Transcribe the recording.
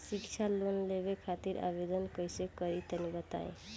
शिक्षा लोन लेवे खातिर आवेदन कइसे करि तनि बताई?